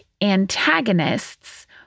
antagonists